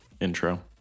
intro